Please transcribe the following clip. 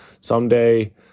Someday